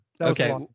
okay